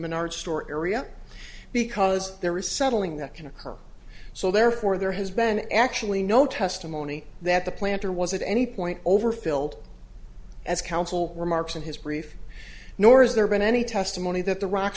menard store area because there is settling that can occur so therefore there has been actually no testimony that the planter was at any point over filled as council remarks in his brief nor has there been any testimony that the rocks